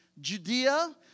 Judea